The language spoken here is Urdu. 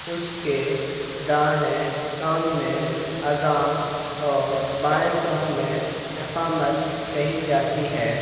اس کے دائیں کان میں اذان اور بائیں کان میں اقامت کہی جاتی ہے